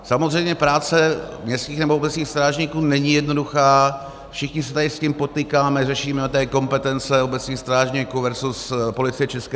Samozřejmě práce městských nebo obecních strážníků není jednoduchá, všichni se tady s tím potýkáme, řešíme tady kompetence obecních strážníků versus Policie ČR.